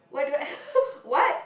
what do I what